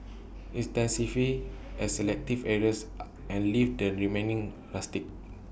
intensify at selective areas and leave the remaining rustic